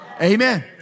Amen